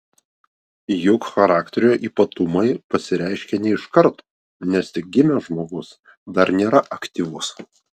juk charakterio ypatumai pasireiškia ne iš karto nes tik gimęs žmogus dar nėra aktyvus